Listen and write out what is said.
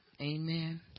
amen